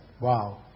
Wow